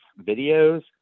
videos